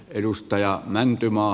edustaja mäntymaa